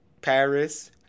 Paris